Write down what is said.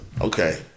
okay